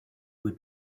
would